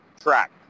track